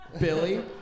Billy